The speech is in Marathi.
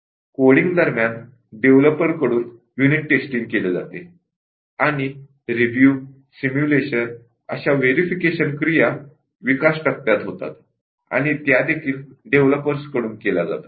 कोडिंग दरम्यान डेव्हलपर कडून युनिट टेस्टिंग केले जाते आणि रिव्यू सिम्युलेशन अशा व्हेरिफिकेशन क्रिया डेव्हलपमेंट टप्प्यात होतात आणि त्यादेखील डेव्हलपर्सकडून केल्या जातात